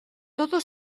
todo